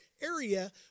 area